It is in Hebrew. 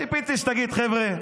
ציפיתי שתגיד: חבר'ה,